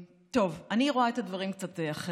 אני רואה את הדברים קצת אחרת,